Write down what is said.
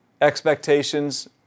expectations